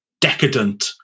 decadent